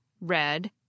red